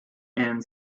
and